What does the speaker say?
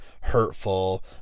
hurtful